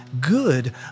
good